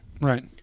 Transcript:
right